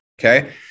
okay